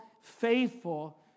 faithful